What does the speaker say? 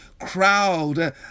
crowd